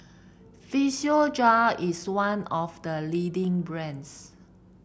physiogel is one of the leading brands